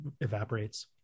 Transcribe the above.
evaporates